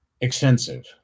extensive